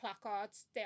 placards